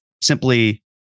simply